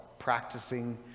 practicing